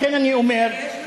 לכן אני אומר, יש משא-ומתן?